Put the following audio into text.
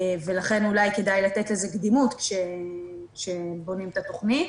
ולכן אולי כדאי לתת לזה קדימות כשבונים את התוכנית.